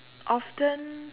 often